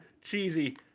cheesy